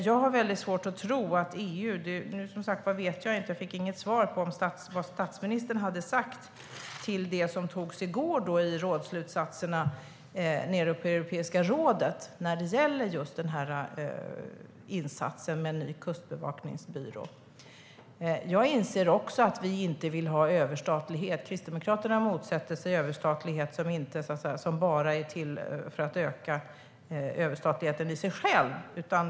Nu fick jag inget svar på vad statsministern har sagt om de rådsslutsatser som antogs i går på Europeiska rådet när det gäller insatsen med en ny kustbevakningsbyrå. Jag inser också att vi inte vill ha överstatlighet. Kristdemokraterna motsätter sig överstatlighet som bara är till för att öka överstatligheten i sig själv.